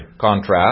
contrast